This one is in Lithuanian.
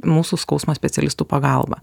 mūsų skausmo specialistų pagalba